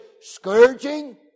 scourging